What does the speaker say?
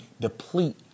deplete